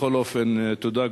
בכל אופן, תודה.